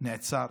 נעצר.